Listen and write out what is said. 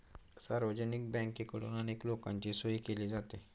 सार्वजनिक बँकेकडून अनेक लोकांची सोय केली जाते